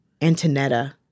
Antonetta